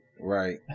right